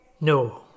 No